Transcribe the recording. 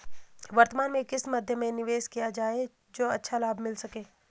वर्तमान में किस मध्य में निवेश किया जाए जो अच्छा लाभ मिल सके?